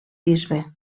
bisbe